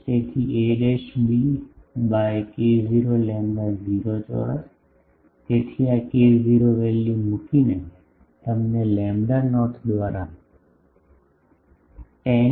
તેથી ab by k0 lambda 0 ચોરસ તેથી આ K0 વેલ્યુ મૂકીને તમને લેમ્બડા નોટ દ્વારા 10